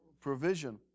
provision